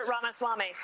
Ramaswamy